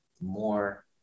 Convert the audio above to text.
more